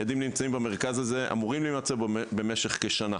הילדים אמורים להימצא במרכז הזה במשך כשנה.